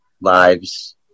lives